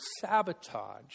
sabotage